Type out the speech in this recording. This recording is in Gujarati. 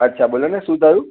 અચ્છા બોલોને શું થયું